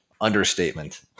Understatement